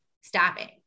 stopping